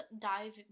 dive